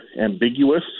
ambiguous